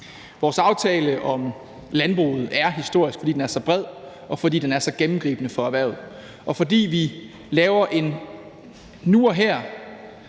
Vores aftale om landbruget er historisk, fordi den er så bred, fordi den er så gennemgribende for erhvervet, fordi vi laver en nu og